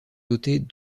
dotées